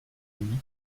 huit